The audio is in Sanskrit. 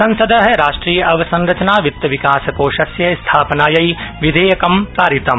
संसद राष्ट्रिय अवसंरचना वित्तविकासकोषस्य स्थापनायै विधेयकं पारितम